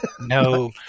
No